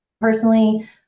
Personally